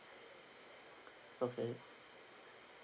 okay